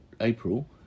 April